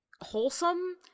wholesome